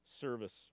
service